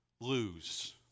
Lose